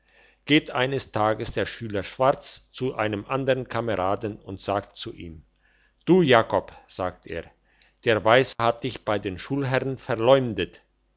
geht eines tages der schüler schwarz zu einem andern kameraden und sagt zu ihm du jakob sagt er der weiss hat dich bei dem schulherrn verleumdet